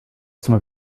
some